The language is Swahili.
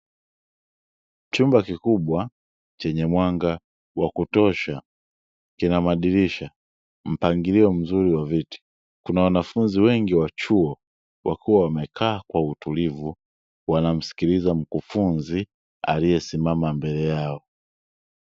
Chumba kikubwa chenye mwanga wa kutosha kina madirisha, mpangilio mzuri wa viti kuna wanafunzi wengi wa chuo wakiwa wamekaa kwa utulivu wanamsikiliza mkufunzi aliyesimama mbele yao.